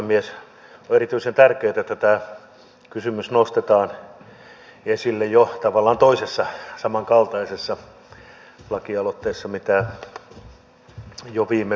on erityisen tärkeätä että tämä kysymys nostetaan esille jo tavallaan toisessa samankaltaisessa lakialoitteessa kuin mitä jo viime viikolla käsiteltiin